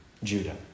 Judah